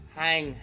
hang